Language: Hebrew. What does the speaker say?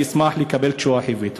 אני אשמח לקבל תשובה חיובית.